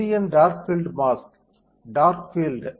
இது என் dark field mask dark field